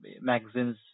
magazines